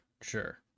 sure